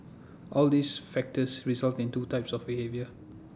all these factors result in two types of behaviour